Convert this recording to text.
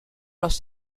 los